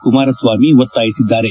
ಕುಮಾರಸ್ವಾಮಿ ಒತ್ತಾಯಿಸಿದ್ದಾರೆ